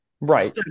right